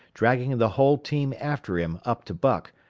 dragging the whole team after him up to buck,